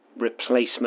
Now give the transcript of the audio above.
replacement